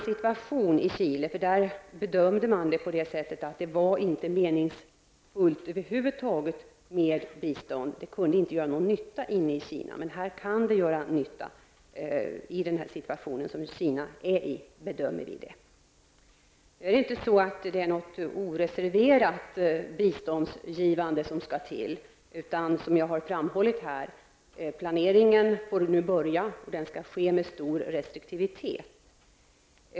Situationen i Chile var en annan. Man bedömde då att det över huvud taget inte var meningsfullt med bistånd. Det kunde inte göra någon nytta inne i Chile. Vi bedömder dock att biståndet kan göra nytta i den situation som Kina befinner sig i. Det är inte fråga om något oreserverat biståndsgivande. Som jag har framhållit börjar nu planeringen, och den skall ske med stor restriktivitet.